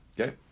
Okay